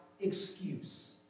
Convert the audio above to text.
excuse